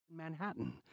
Manhattan